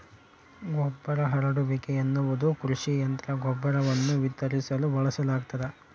ಗೊಬ್ಬರ ಹರಡುವಿಕೆ ಎನ್ನುವುದು ಕೃಷಿ ಯಂತ್ರ ಗೊಬ್ಬರವನ್ನು ವಿತರಿಸಲು ಬಳಸಲಾಗ್ತದ